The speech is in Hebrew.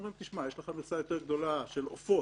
אומרים לו: יש לך מכסה יותר גדולה של עופות